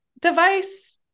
device